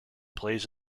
plays